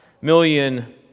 million